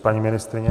Paní ministryně?